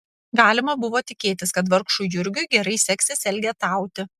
galima buvo tikėtis kad vargšui jurgiui gerai seksis elgetauti